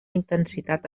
intensitat